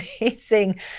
amazing